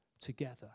together